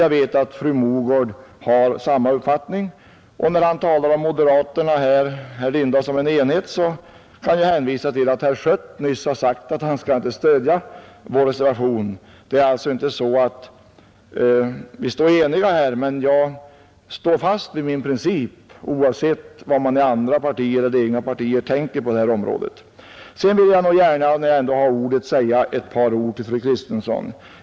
Jag vet att fru Mogård har samma uppfattning. När herr Lindahl talade om moderaterna såsom en enhet, kan jag hänvisa till att herr Schött nyss har sagt att han inte skall stödja vår reservation. Vi står alltså inte eniga här, men jag står fast vid min princip oavsett vad man i andra partier tänker på detta område. När jag ändå har ordet, vill jag gärna säga ett par ord till fru Kristensson.